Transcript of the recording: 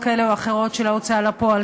של ההוצאה לפועל,